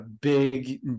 big